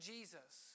Jesus